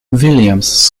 williams